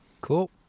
Cool